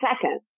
second